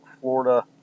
Florida